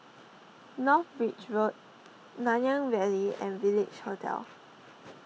North Bridge Road Nanyang Valley and Village Hotel